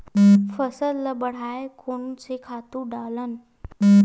फसल ल बढ़ाय कोन से खातु डालन?